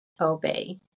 obey